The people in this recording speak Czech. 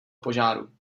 požáru